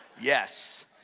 Yes